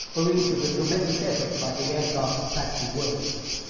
owing to the tremendous effort by the aircraft factory workers.